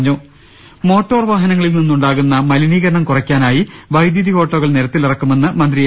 ്്്്്് motor വാഹനങ്ങളിൽ നിന്നുണ്ടാകുന്ന മലിനീകരണം കുറയ്ക്കാനായി വൈദ്യുതി ഓട്ടോകൾ നിരത്തിലിറക്കുമെന്ന് മന്ത്രി എ